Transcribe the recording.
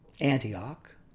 Antioch